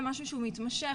למשהו שהוא מתמשך,